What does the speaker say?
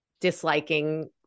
disliking